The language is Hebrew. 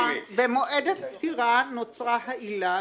במועד הפטירה נוצרה העילה,